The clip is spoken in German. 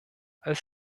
als